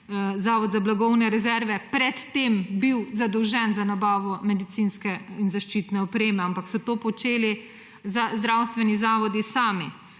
Zavod za blagovne rezerve pred tem bil zadolžen za nabavo medicinske in zaščitne opreme, ampak so to počeli zdravstveni zavodi sami.